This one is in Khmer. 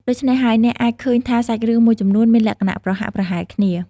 ដូច្នេះហើយអ្នកអាចឃើញថាសាច់រឿងមួយចំនួនមានលក្ខណៈប្រហាក់ប្រហែលគ្នា។